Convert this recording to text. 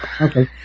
Okay